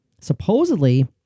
Supposedly